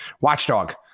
Watchdog